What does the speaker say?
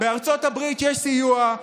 בארצות הברית יש סיוע,